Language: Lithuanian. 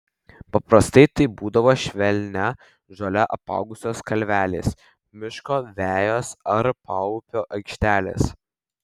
paprastai tai būdavo švelnia žole apaugusios kalvelės miško vejos ar paupio aikštelės